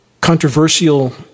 controversial